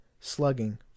Slugging